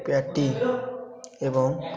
patty ଏବଂ